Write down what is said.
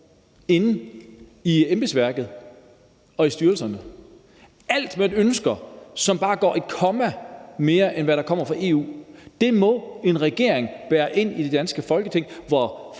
for embedsværket eller for styrelserne. Alt, hvad man ønsker, som bare er et komma mere end det, der kommer fra EU, må en regering bære ind i det danske Folketing, hvor